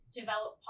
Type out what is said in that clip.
develop